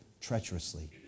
treacherously